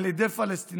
על ידי פלסטינים,